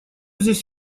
здесь